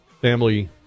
family